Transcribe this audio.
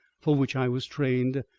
for which i was trained,